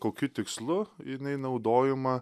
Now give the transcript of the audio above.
kokiu tikslu jinai naudojuma